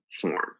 form